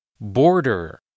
Border